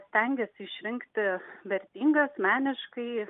stengiasi išrinkti vertingas meniškai